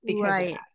Right